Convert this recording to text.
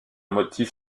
motif